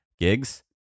Gigs